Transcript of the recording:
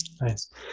Nice